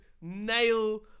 nail